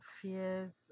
fears